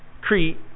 Crete